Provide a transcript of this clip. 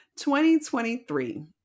2023